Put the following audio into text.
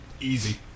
Easy